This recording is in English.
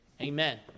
Amen